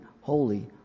holy